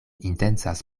intencas